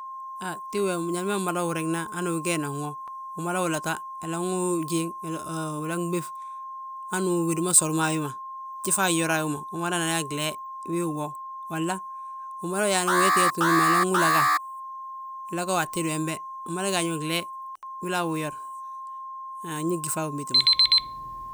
Tíw we njali ma umada wi riŋna hanu wii ggeenan woo, umada wi lota unan wi jiiŋ. Wi nan ɓéŧ, hanu wédi ma soli mo a wi ma, jifaa jjora a wi ma umadana gleey wii wwoo. Walla umada yaa uyeti yetin wi ma hande be wila wu yore, ndi gyíta wi méti mo.